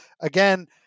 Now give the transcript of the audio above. Again